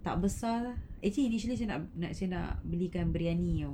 tak besar actually initially saya nak saya nak belikan briyani [tau]